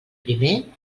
primer